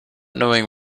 knowing